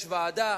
יש ועדה